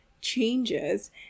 changes